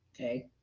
Okay